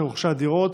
של רוכש הדירות,